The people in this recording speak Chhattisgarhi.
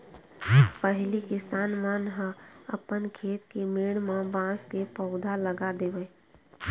पहिली किसान मन ह अपन खेत के मेड़ म बांस के पउधा लगा देवय